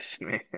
man